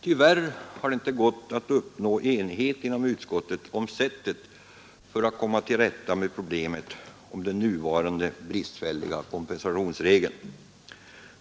Tyvärr har det inte gått att uppnå enighet inom utskottet om sättet för att komma till rätta med problemet med den nuvarande bristfälliga kompensationsregeln.